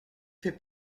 fait